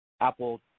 Apple